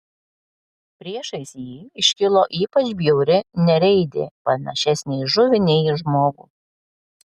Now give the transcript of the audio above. priešais jį iškilo ypač bjauri nereidė panašesnė į žuvį nei į žmogų